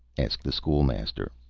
asked the school-master.